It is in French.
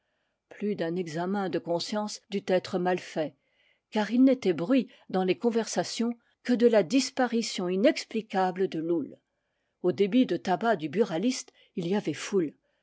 plus d'un examen de conscience dut être mal fait car il n'était bruit dans les conversations que de in disparition inexplicable de loull au débit de tabac du buraliste il y avait foule